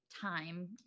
time